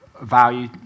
value